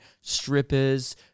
strippers